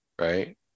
right